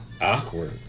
awkward